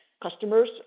customers